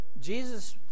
Jesus